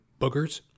boogers